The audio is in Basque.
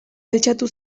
altxatu